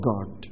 God